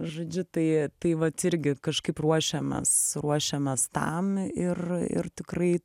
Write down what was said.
žodžiu tai tai vat irgi kažkaip ruošiamės ruošiamės tam ir ir tikrai